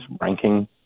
ranking